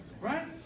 Right